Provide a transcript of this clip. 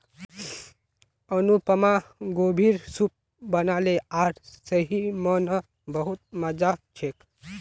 अनुपमा गोभीर सूप बनाले आर सही म न बहुत मजा छेक